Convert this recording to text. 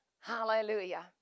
Hallelujah